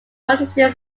understood